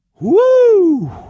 Woo